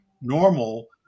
normal